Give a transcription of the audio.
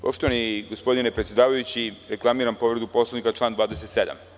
Poštovani gospodine predsedavajući, reklamiram povredu Poslovnika, član 27.